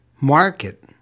market